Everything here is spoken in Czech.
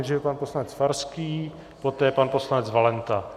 Nejdříve pan poslanec Farský, poté pan poslanec Valenta.